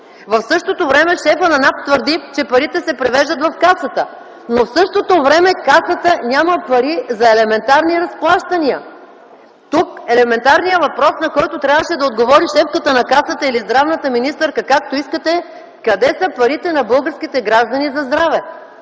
В същото време шефът на НАП твърди, че парите се превеждат в Касата, но Касата в същото време няма пари за елементарни разплащания. Тук е елементарният въпрос, на който трябваше да отговори шефката на Касата или министърът на здравеопазването: „Къде са парите на българските граждани за здраве”?